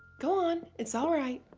go on, it's all right.